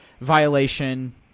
violation